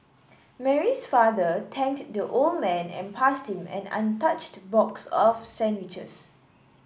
Mary's father thanked the old man and passed him an untouched box of sandwiches